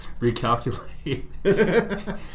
recalculate